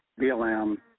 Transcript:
BLM